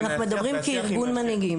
אנחנו מדברים כארגון מנהיגים.